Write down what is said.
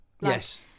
Yes